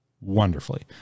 wonderfully